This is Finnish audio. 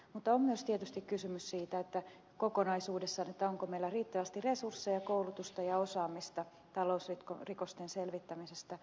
mutta on myös tietysti kysymys siitä kokonaisuudessaan onko meillä riittävästi resursseja koulutusta ja osaamista talousrikosten selvittämisessä